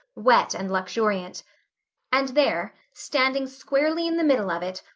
wet and luxuriant and there, standing squarely in the middle of it,